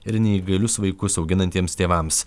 ir neįgalius vaikus auginantiems tėvams